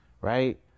right